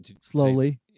slowly